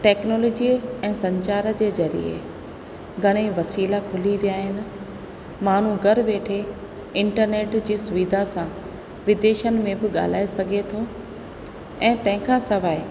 technology ऐं संचार जे ज़रिए घणेई वसीला खुली विया आहिनि माण्हू घरु वेठे इंटरनेट जी सुविधा सां विदेशनि में बि ॻाल्हाए सघे थो ऐं तंहिंखां सवाइ